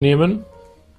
nehmen